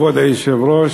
כבוד היושב-ראש,